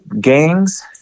gangs